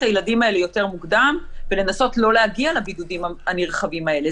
הילדים האלה יותר מוקדם ולנסות לא להגיע לבידודים הנרחבים האלה,